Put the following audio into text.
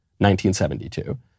1972